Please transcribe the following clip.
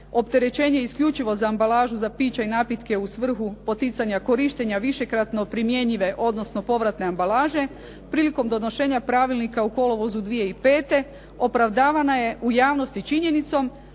opterećenje isključivo za ambalažu, za piće i napitke u svrhu poticanja korištenja višekratno primjenjive odnosno povratne ambalaže prilikom donošenja pravilnika u kolovozu 2005. opravdana je u javnosti činjenicom